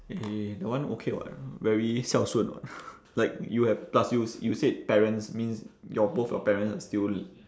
eh that one okay [what] very 孝顺 [what] like you have plus you you said parents means your both your parents are still